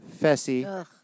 Fessy